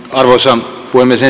arvoisa puhemies